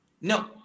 No